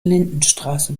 lindenstraße